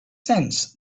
sense